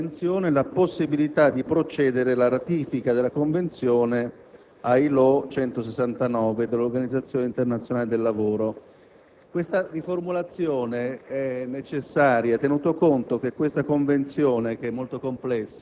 nel modo seguente: «ad esaminare con attenzione la possibilità di procedere alla ratifica della Convenzione ILO 169 dell'Organizzazione internazionale del lavoro»,